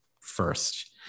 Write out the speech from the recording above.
first